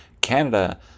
Canada